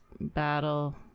battle